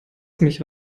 mich